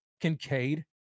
Kincaid